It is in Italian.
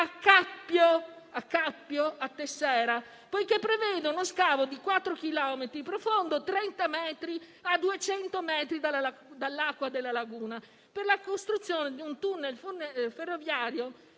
a cappio, a Tessera, che prevede uno scavo di quattro chilometri, profondo 30 metri, a 200 metri dall'acqua della laguna, per la costruzione di un tunnel ferroviario